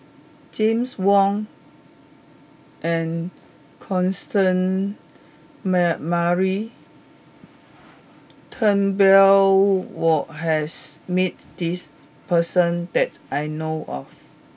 James Wong and Constance Mary Turnbull were has met this person that I know of